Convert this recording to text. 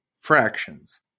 fractions